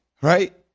right